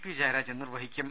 P Jayarajan നിർവഹിക്കും